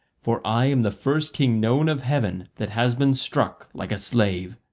for i am the first king known of heaven that has been struck like a slave.